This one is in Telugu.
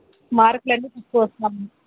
మార్కులు అన్నీ తక్కువొస్తూ ఉన్నాయి